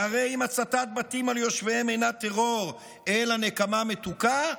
שהרי אם הצתת בתים על יושביהם אינה טרור אלא נקמה מתוקה,